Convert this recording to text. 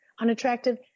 unattractive